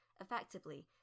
effectively